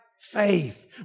faith